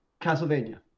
Castlevania